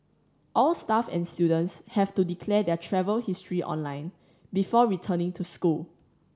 all staff and students have to declare their travel history online before returning to school